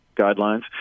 guidelines